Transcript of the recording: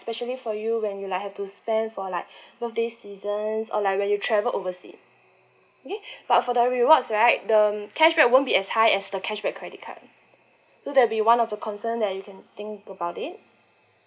specially for you when you like have to spend for like birthday seasons or like when you travel oversea okay but for the rewards right the cash cash back won't be as high as the cashback credit card so there will be one of the concern that you can think about it